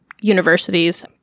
universities